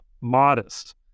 modest